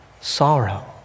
sorrow